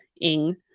ing